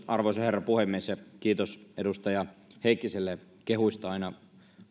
arvoisa herra puhemies kiitos edustaja heikkiselle kehuista aina